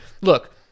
look